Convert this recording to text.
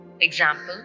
Example